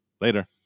Later